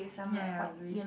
ya ya blueish